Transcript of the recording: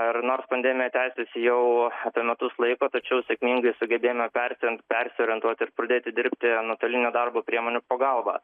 ar nors pandemija tęsis jau apie metus laiko tačiau sėkmingai sugebėjome vertinti persiorientuot ir pradėti dirbti nuotolinio darbo priemonių pagalba